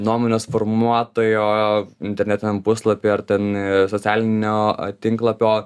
nuomonės formuotojo internetiniam puslapiui ar ten socialinio tinklapio